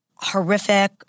horrific